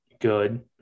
good